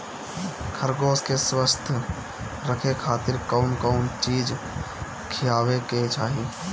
खरगोश के स्वस्थ रखे खातिर कउन कउन चिज खिआवे के चाही?